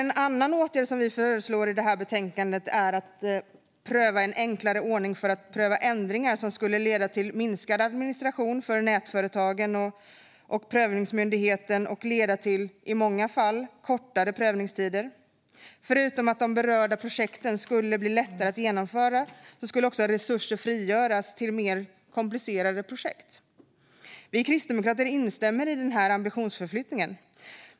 En annan åtgärd vi föreslår i detta betänkande är att pröva en enklare ordning för att pröva ändringar, vilket skulle leda till minskad administration för nätföretagen och prövningsmyndigheten. I många fall skulle det leda till kortare prövningstider. Förutom att de berörda projekten skulle bli lättare att genomföra skulle också resurser frigöras till mer komplicerade projekt. Vi kristdemokrater instämmer i denna ambitionsförflyttning.